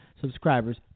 subscribers